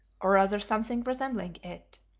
or rather something resembling it.